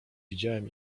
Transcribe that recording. widziałem